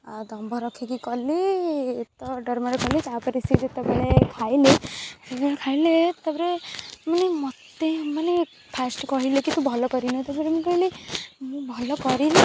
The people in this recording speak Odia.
ଦମ୍ଭ ରଖିକି କଲି ତ ଡରମର କଲି ତା'ପରେ ସିଏ ଯେତେବେଳେ ଖାଇଲେ ଖାଇଲେ ତା'ପରେ ମାନେ ମୋତେ ମାନେ ଫାଷ୍ଟ କହିଲେ କି ତୁ ଭଲ କରିନୁ ତା'ପରେ ମୁଁ କହିଲି ମୁଁ ଭଲ କରିନି